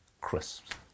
crisps